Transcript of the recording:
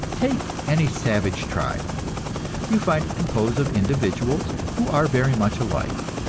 take any savage tribe you find it composed of individuals who are very much alike.